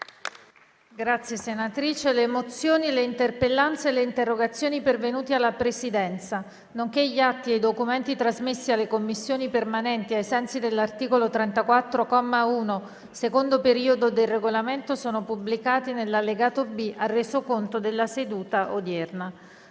finestra"). Le mozioni, le interpellanze e le interrogazioni pervenute alla Presidenza, nonché gli atti e i documenti trasmessi alle Commissioni permanenti ai sensi dell'articolo 34, comma 1, secondo periodo, del Regolamento sono pubblicati nell'allegato B al Resoconto della seduta odierna.